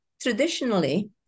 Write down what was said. Traditionally